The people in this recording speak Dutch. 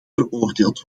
veroordeeld